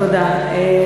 תודה רבה.